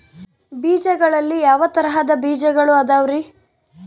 ಬೇಜಗಳಲ್ಲಿ ಯಾವ ತರಹದ ಬೇಜಗಳು ಅದವರಿ?